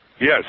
yes